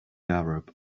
arab